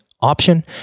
option